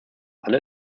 alle